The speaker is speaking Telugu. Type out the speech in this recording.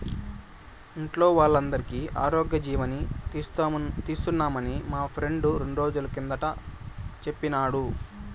ఇంట్లో వోల్లందరికీ ఆరోగ్యజీవని తీస్తున్నామని మా ఫ్రెండు రెండ్రోజుల కిందట సెప్పినాడు